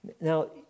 Now